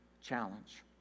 challenge